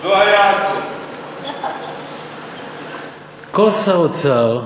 לא היה, כל שר אוצר,